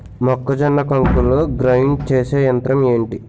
మొక్కజొన్న కంకులు గ్రైండ్ చేసే యంత్రం ఏంటి?